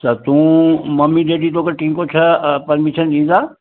त तूं mummy daddy तोखे टी खऊं छह छा परमीशन ॾींदा